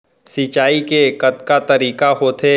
सिंचाई के कतका तरीक़ा होथे?